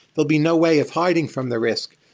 there'll be no way of hiding from the risk,